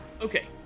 Okay